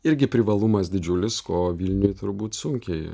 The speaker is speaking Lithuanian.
irgi privalumas didžiulis ko vilniuj turbūt sunkiai